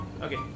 Okay